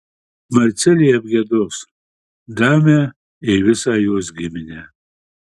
marcelė apgiedos damę ir visą jos giminę